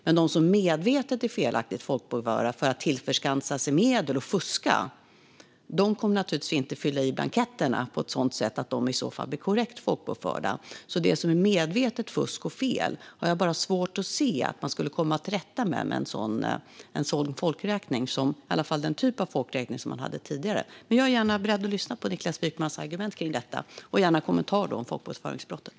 Men de som medvetet är felaktigt folkbokförda för att tillförskansa sig medel och fuska kommer naturligtvis inte att fylla i blanketterna på ett sådant sätt att de blir korrekt folkbokförda. Jag har bara svårt att se att man med en folkräkning skulle komma till rätta med det som är medvetet fusk och fel, i alla fall med en folkräkning av den typ som man hade tidigare. Men jag är gärna beredd att lyssna på Niklas Wykmans argument kring detta och gärna också till en kommentar om folkbokföringsbrottet.